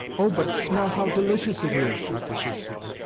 oh, but smell how delicious it is! i persisted.